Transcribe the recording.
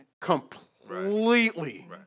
Completely